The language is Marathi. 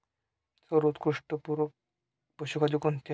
सर्वोत्कृष्ट पूरक पशुखाद्य कोणते आहे?